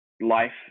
life